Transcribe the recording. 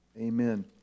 Amen